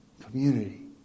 Community